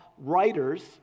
writers